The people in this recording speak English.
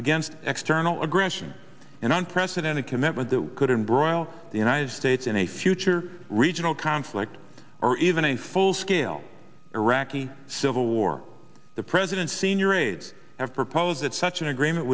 against external aggression and unprecedented commitment that could and broil the united states in a future regional conflict or even a full scale iraqi civil war the president's senior aides have proposed that such an agreement